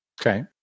Okay